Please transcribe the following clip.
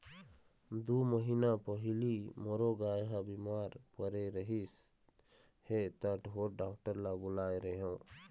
दू महीना पहिली मोरो गाय ह बिमार परे रहिस हे त ढोर डॉक्टर ल बुलाए रेहेंव